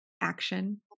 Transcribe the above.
action